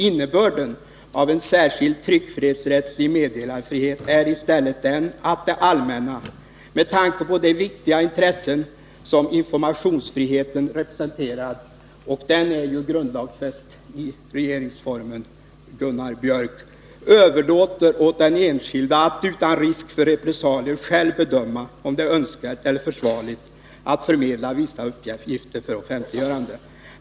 Innebörden av en särskild tryckfrihetsrättslig meddelarfrihet är i stället den att det allmänna — med tanke på de viktiga intressen som informationsfriheten representerar” ”— överlåter åt den enskilde att, utan risk för repressalier, själv bedöma om det är önskvärt eller försvarligt att förmedla vissa uppgifter för Nr 78 offentliggörande.